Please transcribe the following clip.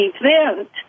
event